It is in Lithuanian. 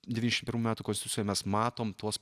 devyniasdešimt pirmų metų konstitucijoj mes matom tuos